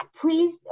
please